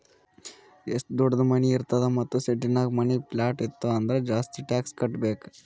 ಎಷ್ಟು ದೊಡ್ಡುದ್ ಮನಿ ಇರ್ತದ್ ಮತ್ತ ಸಿಟಿನಾಗ್ ಮನಿ, ಪ್ಲಾಟ್ ಇತ್ತು ಅಂದುರ್ ಜಾಸ್ತಿ ಟ್ಯಾಕ್ಸ್ ಕಟ್ಟಬೇಕ್